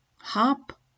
Hop